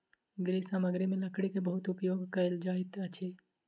गृह सामग्री में लकड़ी के बहुत उपयोग कयल जाइत अछि